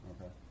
Okay